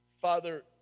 Father